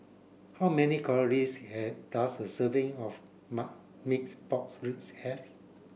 how many calories does a serving of marmite pork ribs have